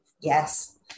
Yes